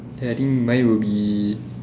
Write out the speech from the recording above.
I think my would be